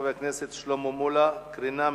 של חבר הכנסת שלמה מולה: חשיפה לקרינה בבתי-ספר,